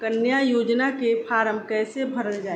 कन्या योजना के फारम् कैसे भरल जाई?